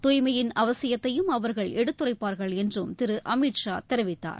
துய்மையின் அவசியத்தையும் அவர்கள் எடுத்துரைப்பார்கள் என்றும் திரு அமித் ஷா தெரிவித்தார்